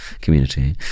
community